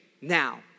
now